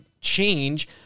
change